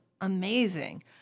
amazing